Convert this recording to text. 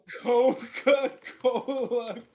coca-cola